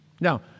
Now